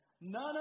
None